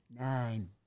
Nine